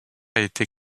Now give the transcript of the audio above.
été